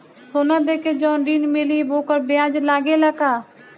सोना देके जवन ऋण मिली वोकर ब्याज लगेला का?